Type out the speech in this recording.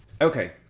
Okay